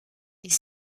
est